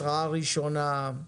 התראה ראשונה?